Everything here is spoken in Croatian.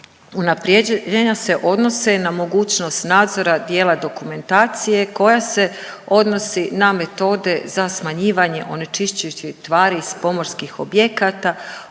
Unaprjeđenja se odnose na mogućnost nadzora dijela dokumentacije koja se odnosi na metode za smanjivanje onečišćujućih tvari s pomorskih objekata